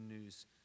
news